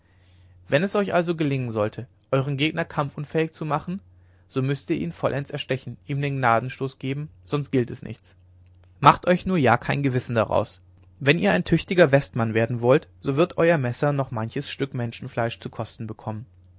wenn es euch also gelingen sollte euren gegner kampfunfähig zu machen so müßt ihr ihn vollends erstechen ihm den gnadenstoß geben sonst gilt es nichts macht euch nur ja kein gewissen daraus wenn ihr ein tüchtiger westmann werden wollt so wird euer messer noch manches stück menschenfleisch zu kosten bekommen